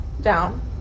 down